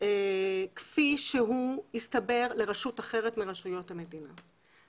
כפי שהוא הסתבר לרשות אחרת מרשויות המדינה.